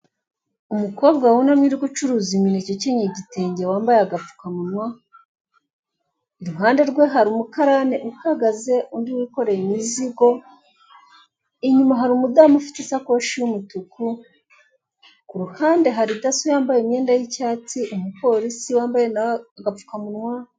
Umukobwa wunamye uri gucuruza imineke ukenyeye igitenge wambaye agapfukamunwa, i ruhande rwe hari umukarane uhagaze undi wikoreye imizigo, inyuma hari umudamu ufite isakoshi y'umutuku, ku ruhande hari daso yampaye imyenda y'icyatsi n'umupolisi na we wambaye agapfukamunwa.